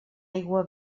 aigua